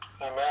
Amen